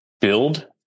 build